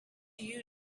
you